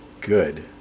good